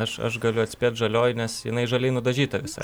aš aš galiu atspėt žalioji nes jinai žaliai nudažyta visa